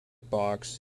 box